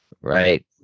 right